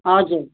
हजुर